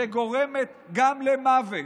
שגורמת גם למוות.